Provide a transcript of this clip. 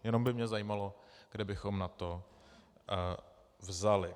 Jenom by mě zajímalo, kde bychom na to vzali.